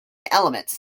elements